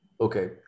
Okay